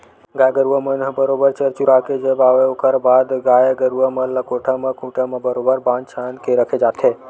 गाय गरुवा मन ह बरोबर चर चुरा के जब आवय ओखर बाद गाय गरुवा मन ल कोठा म खूंटा म बरोबर बांध छांद के रखे जाथे